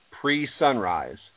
pre-sunrise